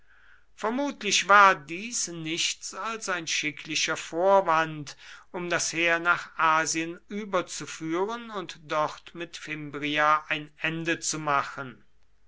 vermutlich war dies nichts als ein schicklicher vorwand um das heer nach asien überzuführen und dort mit fimbria ein ende zu machen